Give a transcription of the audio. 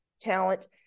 talent